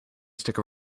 stick